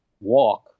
walk